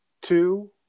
two